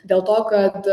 dėl to kad